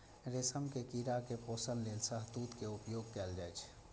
रेशम के कीड़ा के पोषण लेल शहतूत के उपयोग कैल जाइ छै